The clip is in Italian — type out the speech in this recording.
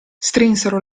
strinsero